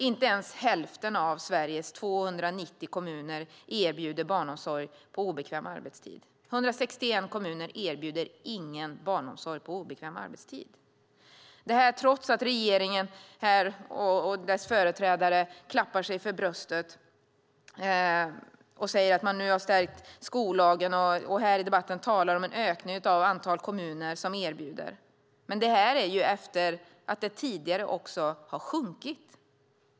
Inte ens hälften av Sveriges 290 kommuner erbjuder barnomsorg på obekväm arbetstid. 161 kommuner erbjuder ingen barnomsorg på obekväm arbetstid. Så är det trots att regeringen och dess företrädare här klappar sig för bröstet och säger att man nu har stärkt skollagen. Man talar här i debatten om en ökning av antalet kommuner som erbjuder detta - men det är ju efter att det tidigare har sjunkit.